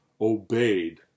obeyed